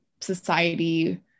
society